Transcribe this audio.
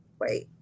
Wait